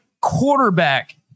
quarterback